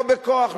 לא בכוח,